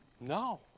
No